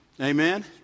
Amen